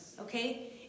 Okay